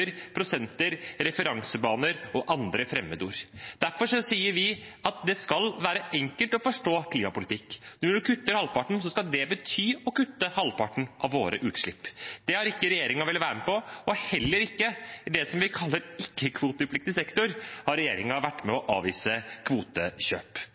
prosenter, referansebaner og andre fremmedord. Derfor sier vi at det skal være enkelt å forstå klimapolitikk. Når man kutter halvparten, skal det bety å kutte halvparten av våre utslipp. Det vil ikke regjeringen være med på. Heller ikke på det vi kaller ikke-kvotepliktig sektor, har regjeringen vært med